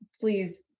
please